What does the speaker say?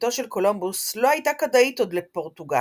בתוכניתו של קולומבוס לא הייתה כדאית עוד לפורטוגל.